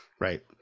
Right